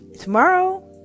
tomorrow